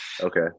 Okay